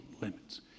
limits